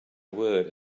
word